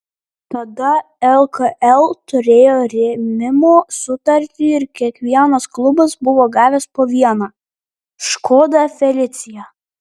tada lkl turėjo rėmimo sutartį ir kiekvienas klubas buvo gavęs po vieną škoda felicia